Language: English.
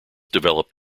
developed